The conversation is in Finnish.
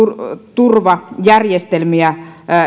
turvajärjestelmiä